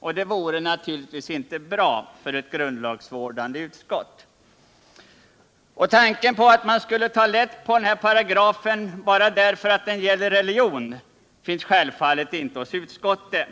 Och det vore inte bra för ett grundlagsvårdande utskott. Tanken att man skulle ta lätt på en paragraf bara därför att den gäller religion finns självfallet inte hos utskottet.